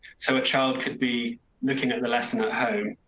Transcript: so a child could be looking at the lesson at home